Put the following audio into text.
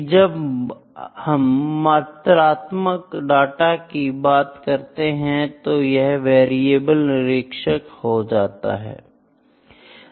जब हम गुणात्मक डेटा के बारे में बात करते हैं अर्थात निरीक्षण गुण होता है और जब हम मात्रात्मक डेटा की बात करते है तो यह वेरिएबल निरीक्षण होता है